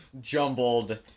jumbled